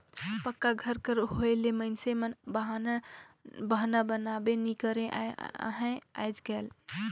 पक्का घर कर होए ले मइनसे मन बहना बनाबे नी करत अहे आएज काएल